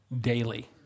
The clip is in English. daily